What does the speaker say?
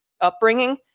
upbringing